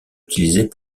utilisée